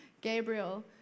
Gabriel